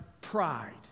pride